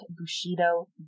Bushido